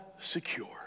secure